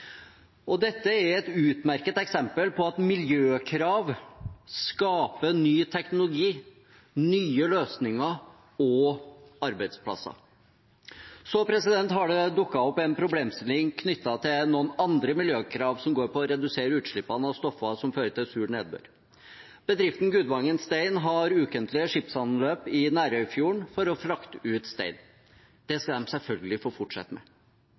Dette er et utmerket eksempel på at miljøkrav skaper ny teknologi, nye løsninger og arbeidsplasser. Så har det dukket opp en problemstilling knyttet til noen andre miljøkrav som går på å redusere utslippene av stoffer som fører til sur nedbør. Bedriften Gudvangen Stein har ukentlige skipsanløp i Nærøyfjorden for å frakte ut stein. Det skal de selvfølgelig få fortsette med.